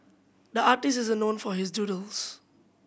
the artist is known for his doodles